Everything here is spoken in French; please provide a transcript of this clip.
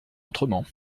autrement